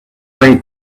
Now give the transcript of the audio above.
way